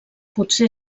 potser